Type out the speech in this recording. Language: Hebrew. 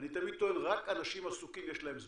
אני תמיד טוען שרק אנשים עסוקים יש להם זמן,